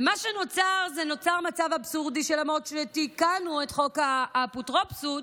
ונוצר מצב אבסורדי שלמרות שתיקנו את חוק האפוטרופסות,